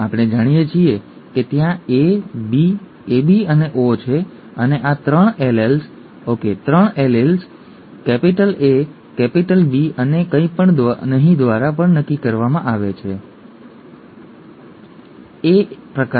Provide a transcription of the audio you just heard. આપણે જાણીએ છીએ કે ત્યાં A B AB અને O છે અને આ 3 alleles okay 3 alleles capital A capital B અને કંઇ પણ નહીં દ્વારા નક્કી કરવામાં આવે છે અને નાના i